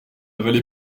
avalé